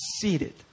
seated